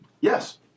Yes